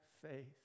faith